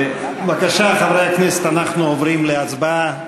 בבקשה, חברי הכנסת, אנחנו עוברים להצבעה: